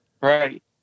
Right